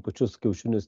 pačius kiaušinius